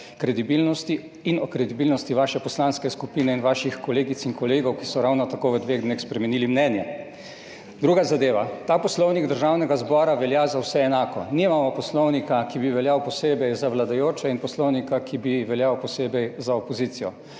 kredibilnosti in o kredibilnosti vaše poslanske skupine in vaših kolegic in kolegov, ki so ravno tako v dveh dneh spremenili mnenje. Druga zadeva. Ta poslovnik Državnega zbora velja za vse enako, nimamo poslovnika, ki bi veljal posebej za vladajoče in poslovnika, ki bi veljal posebej za opozicijo.